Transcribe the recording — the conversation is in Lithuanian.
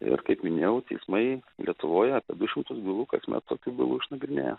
ir kaip minėjau teismai lietuvoje du šimtus bylų kasmet tokių bylų išnagrinėja